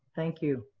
thank you.